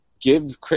give